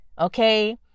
Okay